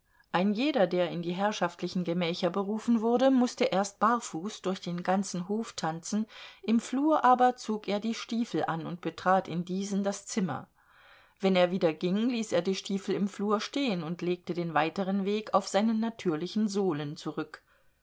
ein jeder der in die herrschaftlichen gemächer berufen wurde mußte erst barfuß durch den ganzen hof tanzen im flur aber zog er die stiefel an und betrat in diesen das zimmer wenn er wieder ging ließ er die stiefel im flur stehen und legte den weiteren weg auf seinen natürlichen sohlen zurück